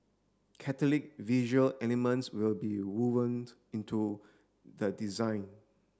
Catholic visual elements will be wovened into the design